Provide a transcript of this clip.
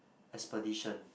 expedition